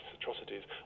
atrocities